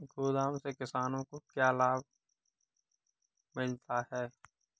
गोदाम से किसानों को क्या क्या लाभ मिलता है?